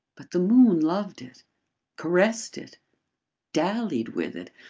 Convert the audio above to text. but the moon loved it caressed it dallied with it,